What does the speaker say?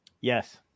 yes